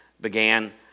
began